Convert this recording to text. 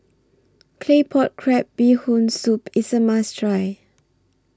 Claypot Crab Bee Hoon Soup IS A must Try